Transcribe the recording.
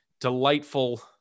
delightful